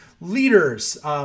leaders